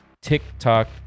TikTok